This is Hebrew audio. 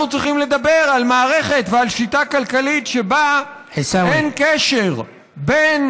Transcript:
אנחנו צריכים לדבר על מערכת ועל שיטה כלכלית שבה אין קשר בין